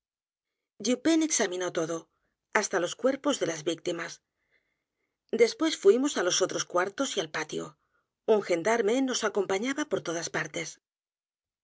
examinó todo hasta los cuerpos d é l a s víctimas depués fuimos á los otros cuartos y al patio un gendarme nos acompañaba por todas p